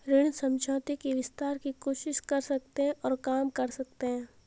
ऋण समझौते के विस्तार की कोशिश कर सकते हैं और काम कर सकते हैं